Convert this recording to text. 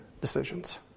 decisions